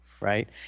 Right